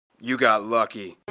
you got lucky.